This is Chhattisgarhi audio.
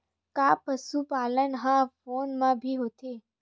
का पशुपालन ह फोन म भी होथे?